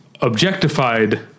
objectified